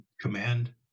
command